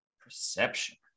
Perception